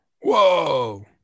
whoa